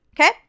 Okay